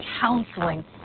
counseling